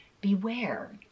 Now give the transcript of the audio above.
beware